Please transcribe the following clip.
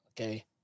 okay